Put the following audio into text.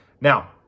Now